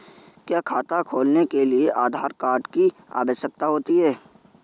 क्या खाता खोलने के लिए आधार कार्ड की आवश्यकता होती है?